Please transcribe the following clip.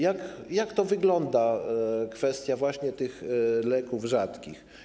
Jak to wygląda, ta kwestia właśnie tych leków rzadkich?